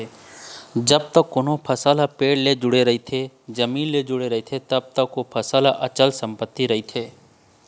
जब तक कोनो फसल ह पेड़ ले जुड़े रहिथे, जमीन ले जुड़े रहिथे तब तक ओ फसल ह अंचल संपत्ति रहिथे